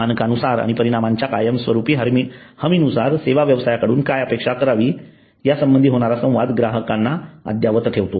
मानकांनुसार आणि परिणामांच्या कायमस्वरूपी हमीनुसार सेवा व्यवसायाकडून काय अपेक्षा करावी यासंबंधी होणारा संवाद ग्राहकांना अद्ययावत ठेवतो